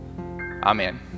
Amen